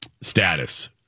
status